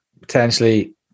potentially